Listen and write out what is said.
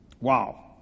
Wow